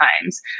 times